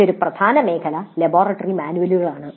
മറ്റൊരു പ്രധാന മേഖല ലബോറട്ടറി മാനുവലുകളാണ്